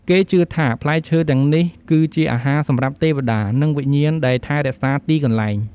គេជឿថាផ្លែឈើទាំងនេះគឺជា អាហារសម្រាប់ទេវតា និងវិញ្ញាណដែលថែរក្សាទីកន្លែង។